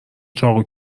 چاقو